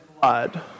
blood